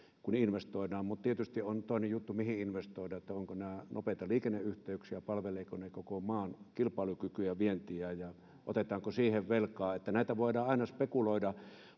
kun investoidaan mutta tietysti on toinen juttu mihin investoidaan eli ovatko nämä nopeita liikenneyhteyksiä palvelevatko ne koko maan kilpailukykyä ja vientiä ja otetaanko siihen velkaa näitä voidaan aina spekuloida